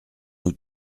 nous